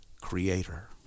Creator